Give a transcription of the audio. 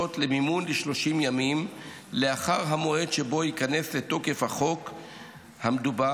למימון ל-30 ימים לאחר המועד שבו ייכנס לתוקף החוק המדובר,